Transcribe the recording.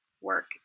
work